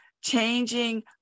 changing